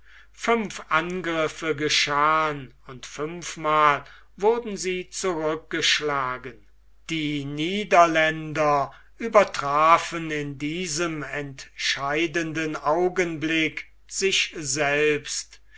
fünf angriffe geschahen und fünfmal wurden sie zurückgeschlagen die niederländer übertrafen in diesem entscheidenden augenblick sich selbst